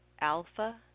alpha